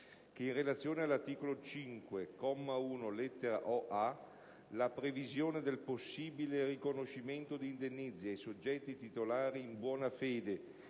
che, in relazione all'articolo 5, comma 1, lettera *0a)*, la previsione del possibile riconoscimento di indennizzi ai soggetti titolari in buona fede